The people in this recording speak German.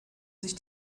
sich